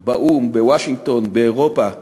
באו"ם, בוושינגטון, באירופה,